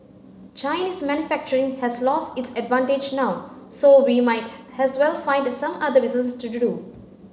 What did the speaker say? Chinese manufacturing has lost its advantage now so we might as well find some other business to do